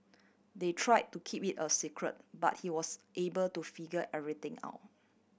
they try to keep it a secret but he was able to figure everything out